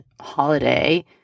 holiday